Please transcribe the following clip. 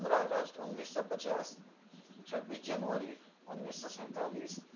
پندرہ اگست انیس سو پچاس چھبیس جنوری انیس سو سینتالیس